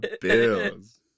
bills